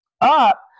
up